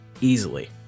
Easily